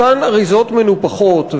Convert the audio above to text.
אותן אריזות מנופחות,